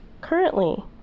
currently